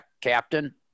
Captain